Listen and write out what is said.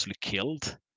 killed